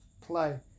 play